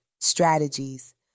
strategies